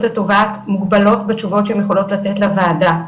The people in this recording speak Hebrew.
התובעת מוגבלות בתשובות שהן יכולות לתת לוועדה.